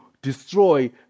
destroy